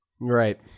Right